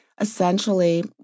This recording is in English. essentially